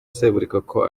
seburikoko